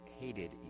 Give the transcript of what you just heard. hated